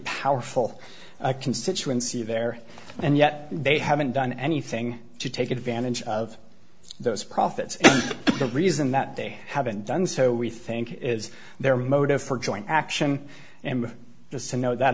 powerful constituency there and yet they haven't done anything to take advantage of those profits the reason that they haven't done so we think is their motive for joint action and just to know that